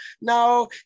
no